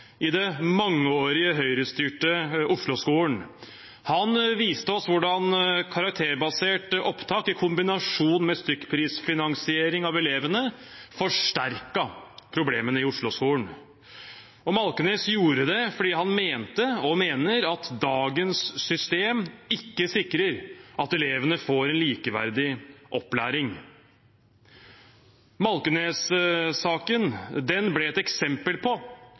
i den mangeårig høyrestyrte Osloskolen. Han viste oss hvordan karakterbaserte opptak i kombinasjon med stykkprisfinansiering av elevene forsterket problemene i Osloskolen. Malkenes gjorde det fordi han mente – og mener – at dagens system ikke sikrer at elevene får en likeverdig opplæring. Malkenes-saken ble et eksempel på